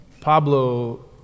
Pablo